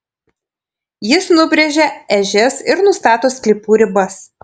jis nubrėžia ežias ir nustato sklypų ribas